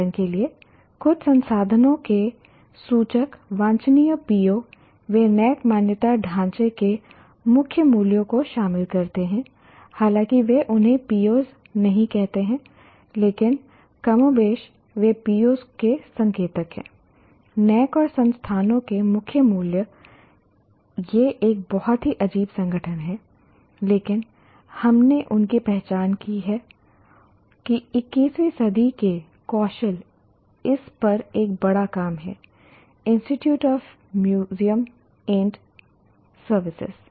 उदाहरण के लिए कुछ संसाधनों के सूचक वांछनीय PO वे NAAC मान्यता ढांचे के मुख्य मूल्यों को शामिल करते हैं हालांकि वे उन्हें POs नहीं कहते हैं लेकिन कमोबेश वे POs के संकेत हैं NAAC और संस्थानों के मुख्य मूल्य यह एक बहुत ही अजीब संगठन है लेकिन हमने उनकी पहचान की है कि 21 वीं सदी के कौशल इस पर एक बड़ा काम है Institute of Museum and services